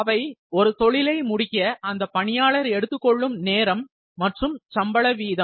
அவை ஒரு தொழிலை முடிக்க அந்தப் பணியாளர் எடுத்துக்கொள்ளும் நேரம் மற்றும் சம்பள வீதம்